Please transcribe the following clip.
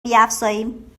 بیفزاییم